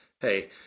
hey